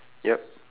yup